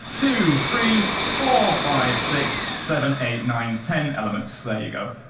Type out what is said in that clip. two, three, four, five, six, seven, eight, nine, ten elements. there you go.